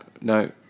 No